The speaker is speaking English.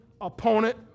opponent